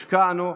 השקענו,